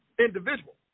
individual